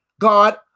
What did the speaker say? God